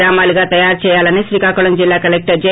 గ్రామాలుగా తయారుచేయాలని శ్రీకాకుళం జిల్లో collector J